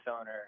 owner